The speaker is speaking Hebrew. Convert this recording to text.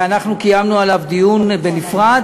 ואנחנו קיימנו עליו דיון בנפרד,